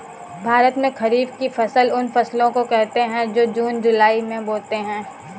भारत में खरीफ की फसल उन फसलों को कहते है जो जून जुलाई में बोते है